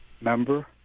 member